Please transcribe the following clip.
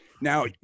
Now